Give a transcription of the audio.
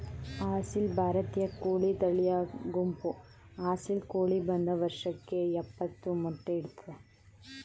ಅಸೀಲ್ ಭಾರತೀಯ ಕೋಳಿ ತಳಿಯ ಗುಂಪು ಅಸೀಲ್ ಕೋಳಿ ಒಂದ್ ವರ್ಷಕ್ಕೆ ಯಪ್ಪತ್ತು ಮೊಟ್ಟೆ ಇಡ್ತದೆ